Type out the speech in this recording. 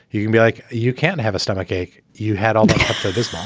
he can be like, you can't have a stomach ache you had on after this. i